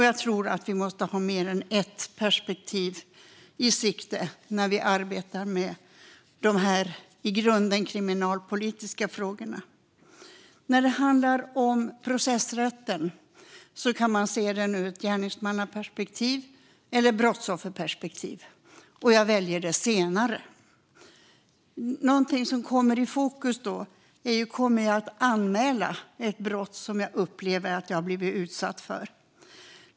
Jag tror att vi måste ha mer än ett perspektiv i sikte när vi arbetar med de i grunden kriminalpolitiska frågorna. När det handlar om processrätten kan man se den ur ett gärningsmannaperspektiv eller ur ett brottsofferperspektiv. Jag väljer det senare. Något som kommer i fokus är om jag kommer att anmäla ett brott som jag upplever att jag har blivit utsatt för.